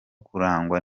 kurangwa